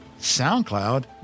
SoundCloud